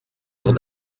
jours